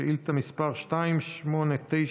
שאילתה מס' 289,